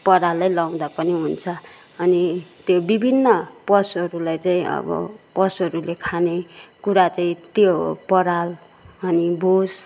परालै लगाउँदा पनि हुन्छ अनि त्यो विभिन्न पशुहरूलाई चाहिँ अबे पशुहरूले खाने कुरा चाहिँ त्यो हो पराल अनि भुस